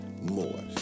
more